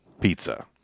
pizza